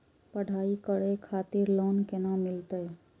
पढ़ाई करे खातिर लोन केना मिलत?